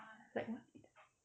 like what